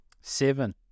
Seven